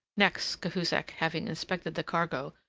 next, cahusac having inspected the cargo,